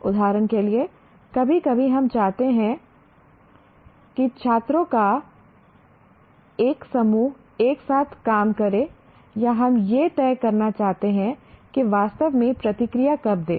उदाहरण के लिए कभी कभी हम चाहते हैं कि छात्रों का एक समूह एक साथ काम करे या हम यह तय करना चाहते हैं कि वास्तव में प्रतिक्रिया कब दें